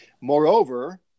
Moreover